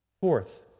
Fourth